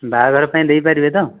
ବାହାଘର ପାଇଁ ଦେଇପାରିବେ ତ